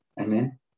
Amen